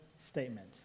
statement